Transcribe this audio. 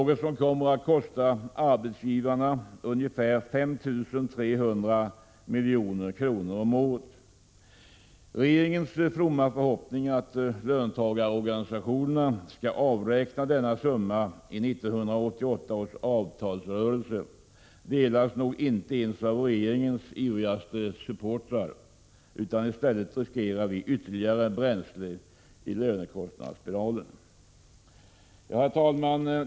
Detta kommer att kosta arbetsgivarna ungefär 5 300 milj.kr. om året. Regeringens fromma förhoppning att löntagarorganisationerna skall avräkna denna summa i 1988 års avtalsrörelse delas nog inte ens av regeringens ivrigaste supportrar. Vi riskerar i stället att få ytterligare fart på lönekostnadsspiralen. Herr talman!